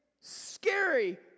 scary